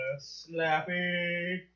Slappy